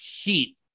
heat